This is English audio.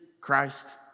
Christ